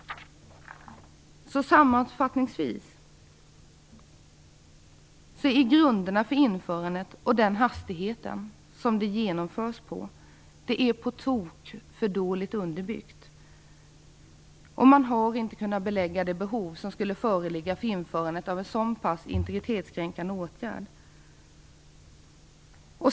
Sammanfattningsvis är grunderna för införandet genom den hastighet som det genomförs med på tok för dåligt underbyggda, och man har inte kunnat belägga det behov som skulle föreligga för en så pass integritetskränkande åtgärd.